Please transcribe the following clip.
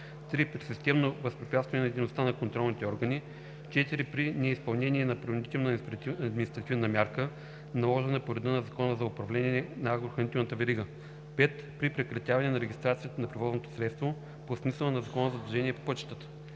3. при системно възпрепятстване на дейността на контролните органи; 4. при неизпълнение на принудителна административна мярка, наложена по реда на Закона за управление на агрохранителната верига; 5. при прекратяване на регистрацията на превозното средство по смисъла на Закона за движението по пътищата.